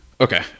Okay